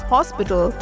Hospital